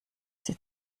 die